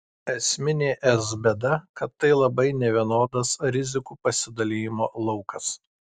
esminė es bėda kad tai labai nevienodas rizikų pasidalijimo laukas